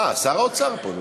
אה, שר האוצר פה.